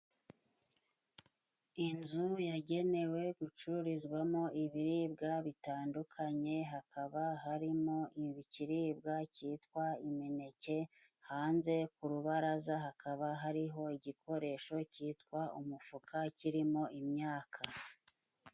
Inzu yagenewe gucururizwamo ibiribwa bitandukanye hakaba harimo ikiribwa cyitwa imineke, hanze ku rubaraza hakaba hariho igikoresho cyitwa umufuka kirimo imyaka.